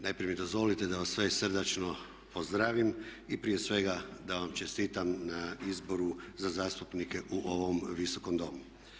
Najprije mi dozvolite da vas sve srdačno pozdravim i prije svega da vam čestitam na izboru za zastupnike u ovom Visokom domu.